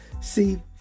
See